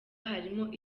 harimo